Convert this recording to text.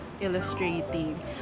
illustrating